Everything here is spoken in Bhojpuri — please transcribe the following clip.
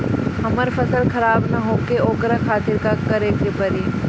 हमर फसल खराब न होखे ओकरा खातिर का करे के परी?